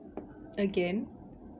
again